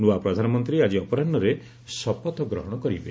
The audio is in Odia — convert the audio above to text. ନୂଆ ପ୍ରଧାନମନ୍ତ୍ରୀ ଆଜି ଅପରାହୁରେ ଶପଥ ଗ୍ରହଣ କରିବେ